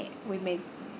we may